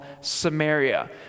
Samaria